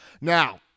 Now